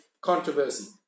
controversy